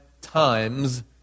times